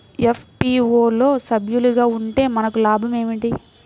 FPO లో సభ్యులుగా ఉంటే మనకు లాభం ఏమిటి?